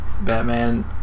Batman